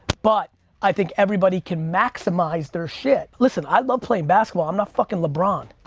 but i think everybody can maximize their shit. listen, i love playing basketball, i'm not fucking lebron.